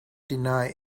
deny